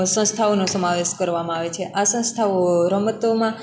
સંસ્થાઓનો સમાવેશ કરવામાં આવે છે આ સંસ્થાઓ રમતોમાં